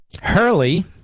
Hurley